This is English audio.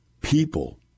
People